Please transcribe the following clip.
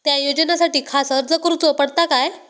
त्या योजनासाठी खास अर्ज करूचो पडता काय?